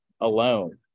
alone